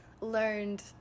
learned